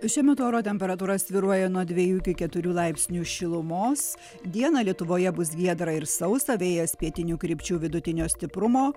šiuo metu oro temperatūra svyruoja nuo dviejų iki keturių laipsnių šilumos dieną lietuvoje bus giedra ir sausa vėjas pietinių krypčių vidutinio stiprumo